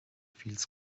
feels